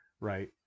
Right